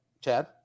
Chad